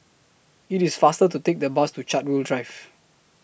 IT IS faster to Take The Bus to Chartwell Drive